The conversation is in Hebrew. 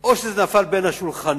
או שזה נפל בין השולחנות